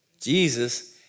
Jesus